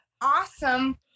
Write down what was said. awesome